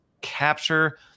capture